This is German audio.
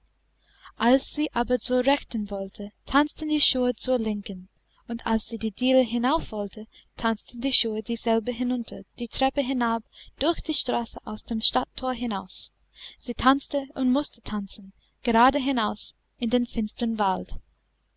als sie aber zur rechten wollte tanzten die schuhe zur linken und als sie die diele hinauf wollte tanzten die schuhe dieselbe hinunter die treppe hinab durch die straße aus dem stadtthor hinaus sie tanzte und mußte tanzen gerade hinaus in den finstern wald